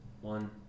one